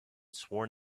sworn